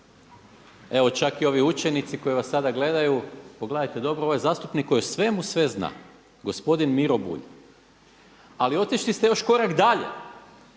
Evo čak i ovi učenici koji vas sada gledaju pogledajte dobro, ovo je zastupnik koji o svemu sve zna gospodin Miro Bulj. Ali otišli ste još korak dalje